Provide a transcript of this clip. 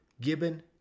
Gibbon